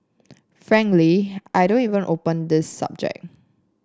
frankly I don't even open this subject